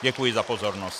Děkuji za pozornost.